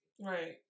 right